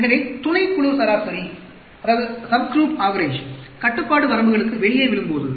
எனவே துணைக்குழு சராசரி கட்டுப்பாட்டு வரம்புகளுக்கு வெளியே விழும்போது